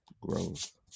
Growth